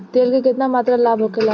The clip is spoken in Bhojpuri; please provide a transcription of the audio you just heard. तेल के केतना मात्रा लाभ होखेला?